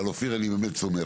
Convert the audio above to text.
ועל אופיר אני באמת סומך,